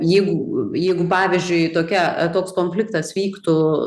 jeigu jeigu pavyzdžiui tokia ar toks konfliktas vyktų